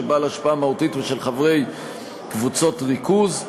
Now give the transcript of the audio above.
של בעל השפעה מהותית ושל חברי קבוצות ריכוז,